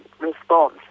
response